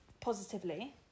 positively